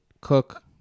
Cook